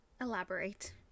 elaborate